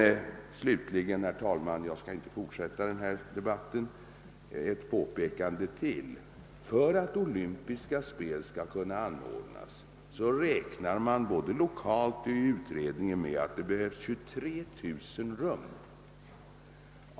Slutligen vill jag, herr talman, göra ytterligare ett påpekande. För att olympiska spel skall kunna anordnas räknar man både lokalt och i utredningen med att det behövs 23000 rum.